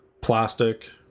plastic